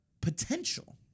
potential